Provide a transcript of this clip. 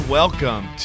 welcome